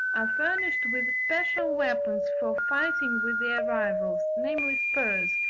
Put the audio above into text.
are furnished with special weapons for fighting with their rivals, namely spurs,